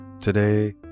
Today